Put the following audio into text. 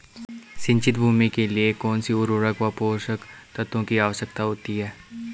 सिंचित भूमि के लिए कौन सी उर्वरक व पोषक तत्वों की आवश्यकता होती है?